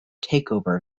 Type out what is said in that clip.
takeover